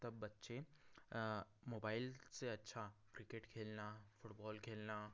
तब बच्चे मोबाइल से अच्छा क्रिकेट खेलना फुटबॉल खेलना